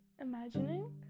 imagining